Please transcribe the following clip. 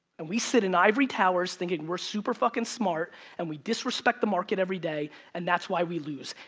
and we sit in ivory towers thinking we're super fuckin' smart and we disrespect the market every day and that's why we lose.